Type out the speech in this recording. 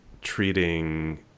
treating